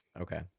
okay